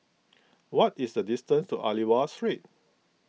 what is the distance to Aliwal Street